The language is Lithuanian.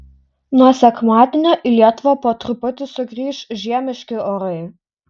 nuo sekmadienio į lietuvą po truputį sugrįš žiemiški orai